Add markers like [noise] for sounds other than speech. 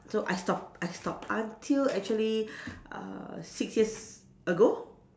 so I stop I stop until actually [breath] uh six years ago